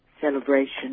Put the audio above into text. celebration